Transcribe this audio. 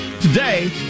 Today